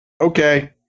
Okay